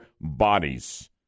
bodies